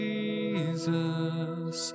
Jesus